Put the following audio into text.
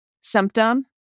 symptom